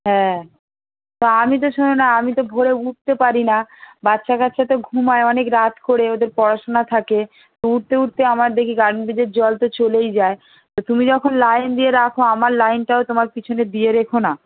হ্যাঁ তো আমি তো শোনো না আমি তো ভোরে উঠতে পারি না বাচ্চা কাচ্চা তো ঘুমোয় অনেক রাত করে ওদের পড়াশুনা থাকে তো উঠতে উঠতে আমার দেখি গার্ডেনরিচের জল তো চলেই যায় তো তুমি যখন লাইন দিয়ে রাখো আমার লাইনটাও তোমার পিছনে দিয়ে রেখো না